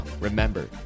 remember